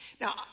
Now